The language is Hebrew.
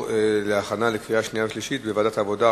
לוועדת העבודה,